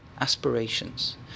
aspirations